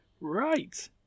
Right